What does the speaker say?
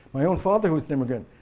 my own father, who was an immigrant,